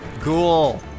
Ghoul